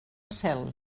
cel